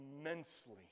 immensely